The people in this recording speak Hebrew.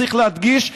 צריך להדגיש,